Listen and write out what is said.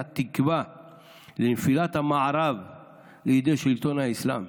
תקווה לנפילת המערב לידי שלטון האסלאם.